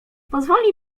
pozwoli